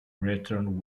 return